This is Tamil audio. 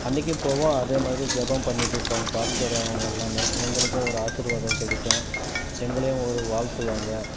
அன்னைக்கும் போவோம் அதே மாதிரி ஜெபம் பண்ணிகிட்டு இருப்பாங்க பாஸ்ட்டர் அவங்கள் எல்லாமே எங்களுக்கும் ஒரு ஆசிர்வாதம் கிடைக்கும் எங்களையும் ஒரு வாழ்த்துவாங்க